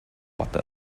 butter